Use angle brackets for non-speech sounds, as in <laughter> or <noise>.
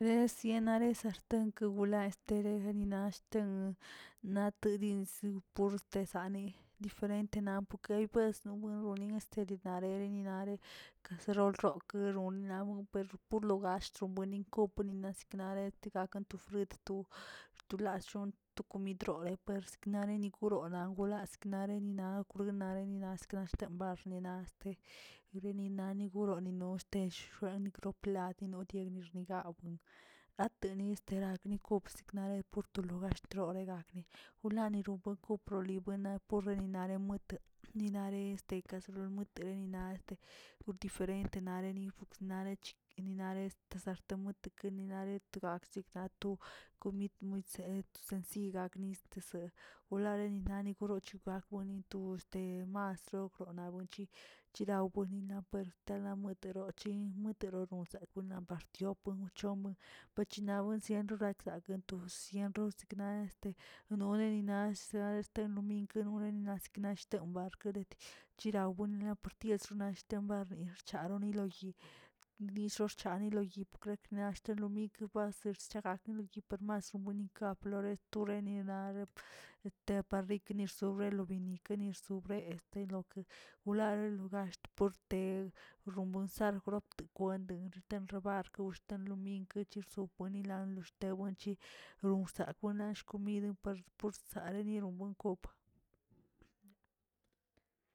Esienarena stenk wla este nashten, na to disn uste saneꞌ diferente eybknes <unintelligible> kaserol rok ronnarel buerru lo gaxtch chebuenin oponin siknare ti gaken to frut, tu- tu lashxon tu omidrole puers nare ningurorə nangula siknare ninaꞌ gunare siknare axten baxnina yibenina nongoroꞌo no shtesh xuen nigror pladiniuranixni gawni, ateni stera kob siknareb to logar xtlorer, wlani rebuen prolibuena leninare muet ninare este kaserol muet beninaest pur deiferetne nanenrinfuk, nare chik, ninanre to sarten mukiti nare tkanetksi komid montseek sensy naknis wlaneri shugak koni este masroytt por na wenchi, chidaw buenina per tale muetarotchi muetarot nan par tiop chomp, pachinasiembr saken to siempre to sikna este nonenina este lominkə nole sikna xten barkm chiraw gonleb ties naxtim narnier charo lo yi lizo rchane loyi klet na shchane mika baser yejake mikerpan suwenika florer toreniraꞌ entre parnik nisbrore lo binik nisobrerə de lo que wlal logasht, por te rombuen so opteg buendi ralrabr kush delominkə chersobuenilak bexte buenchi worsankone komid per sani nirow kop.